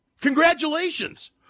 Congratulations